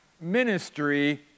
ministry